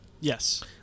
Yes